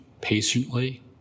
patiently